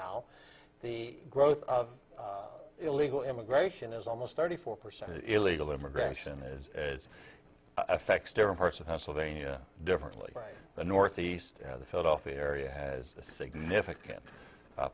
now the growth of illegal immigration is almost thirty four percent of illegal immigration is is affects different parts of pennsylvania differently the northeast philadelphia area has a significant